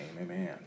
amen